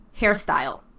hairstyle